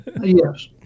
yes